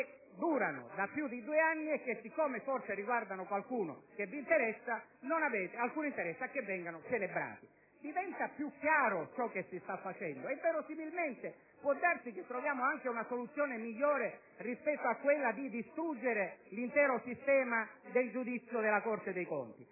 durano da più di due anni e che, siccome forse riguardano qualcuno che vi interessa, non avete alcun interesse a che vengano celebrati. Diventa più chiaro ciò che si sta facendo e verosimilmente può darsi che si individui una soluzione migliore rispetto a quella di distruggere l'intero sistema del giudizio della Corte dei conti.